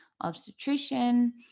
obstetrician